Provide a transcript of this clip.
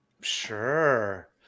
Sure